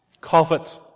covet